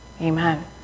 Amen